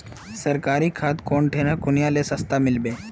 सरकारी खाद कौन ठिना कुनियाँ ले सस्ता मीलवे?